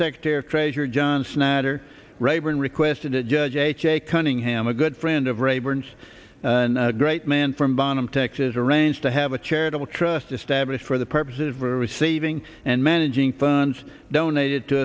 secretary treasurer john snyder raeburn requested a judge ha cunningham a good friend of rayburn's and a great man from bottom texas arranged to have a charitable trust established for the purposes of receiving and managing funds donated to